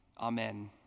Amen